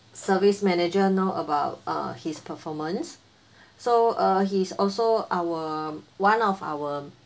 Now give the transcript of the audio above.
service manager know about uh his performance so uh he's also our one of our